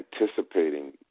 anticipating